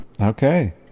okay